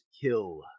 kill